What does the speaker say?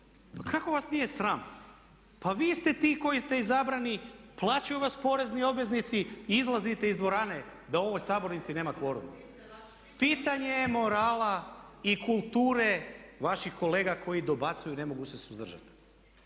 kako vas nije sram. Pa vi ste ti koji ste izabrani, plaćaju vas porezni obveznici i izlazite iz dvorane da u ovoj sabornici nema kvoruma. Pitanje je morala i kulture vaših kolega koji dobacuju, ne mogu se suzdržati.